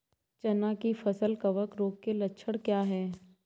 चना की फसल कवक रोग के लक्षण क्या है?